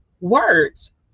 words